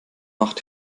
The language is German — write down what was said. macht